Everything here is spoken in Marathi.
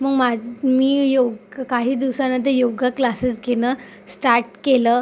मग माझं मी योग काही दिवसानंतर योगा क्लासेस घेणं स्टाट केलं